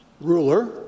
ruler